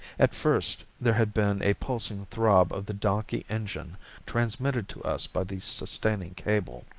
at first there had been a pulsing throb of the donkey engine transmitted to us by the sustaining cable.